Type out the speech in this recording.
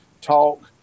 talk